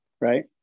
Right